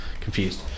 confused